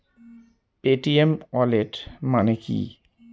Paytm wallet মানে কি?